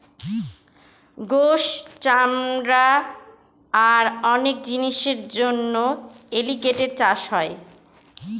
গোস, চামড়া আর অনেক জিনিসের জন্য এলিগেটের চাষ হয়